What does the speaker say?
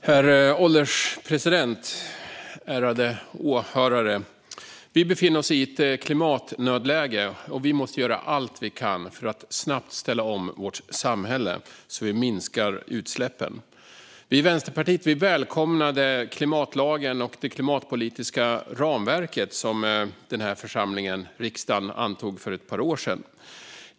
Herr ålderspresident och ärade åhörare! Vi befinner oss i ett klimatnödläge, och vi måste göra allt vi kan för att snabbt ställa om vårt samhälle så att vi minskar utsläppen. Vi i Vänsterpartiet välkomnade klimatlagen och det klimatpolitiska ramverk som denna församling - riksdagen - antog för ett par år sedan.